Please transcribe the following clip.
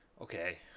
okay